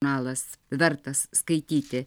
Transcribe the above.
nalas vertas skaityti